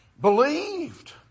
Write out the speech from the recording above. believed